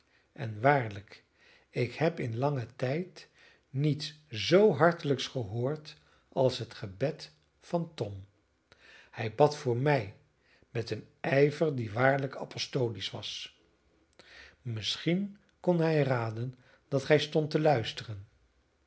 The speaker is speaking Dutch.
en waarlijk ik heb in langen tijd niets zoo hartelijks gehoord als het gebed van tom hij bad voor mij met een ijver die waarlijk apostolisch was misschien kon hij raden dat gij stondt te luisteren